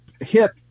hip